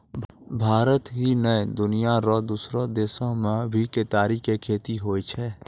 भारत ही नै, दुनिया रो दोसरो देसो मॅ भी केतारी के खेती होय छै